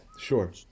sure